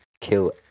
Kill